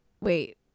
wait